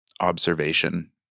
observation